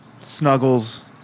Snuggles